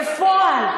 בפועל,